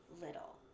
little